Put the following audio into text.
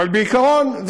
אבל בעיקרון,